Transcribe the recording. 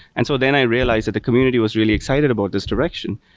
and so then i realized that the community was really excited about this direction.